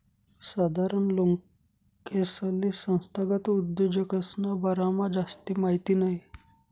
साधारण लोकेसले संस्थागत उद्योजकसना बारामा जास्ती माहिती नयी